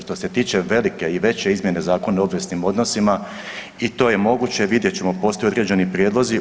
Što se tiče velike i veće izmjene Zakona o obveznim odnosima, i to je moguće, vidjet ćemo, postoje određeni prijedlozi.